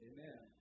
Amen